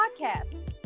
podcast